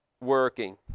working